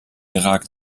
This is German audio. irak